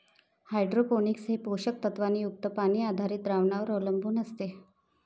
hydroponics हे पोषक तत्वांनी युक्त पाणी आधारित द्रावणांवर अवलंबून असते